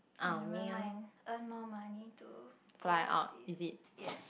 never mind earn more money to go overseas yes